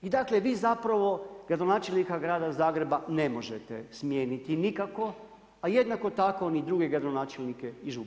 I dakle vi zapravo gradonačelnika grada Zagreba ne možete smijeniti nikako a jednako tako ni druge gradonačelnike ni župane.